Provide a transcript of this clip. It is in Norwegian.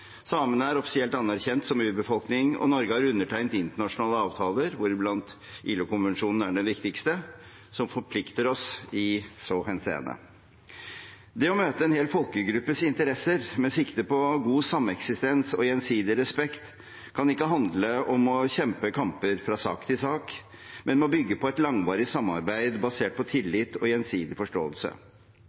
er offisielt anerkjent som urbefolkning, og Norge har undertegnet internasjonale avtaler, hvoriblant ILO-konvensjonen er den viktigste, som forplikter oss i så henseende. Det å møte en hel folkegruppes interesser med sikte på god sameksistens og gjensidig respekt kan ikke handle om å kjempe kamper fra sak til sak, men må bygge på et langvarig samarbeid basert på tillit og gjensidig forståelse.